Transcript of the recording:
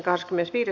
asia